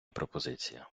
пропозиція